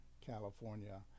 California